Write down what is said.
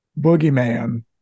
boogeyman